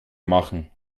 machen